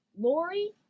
Lori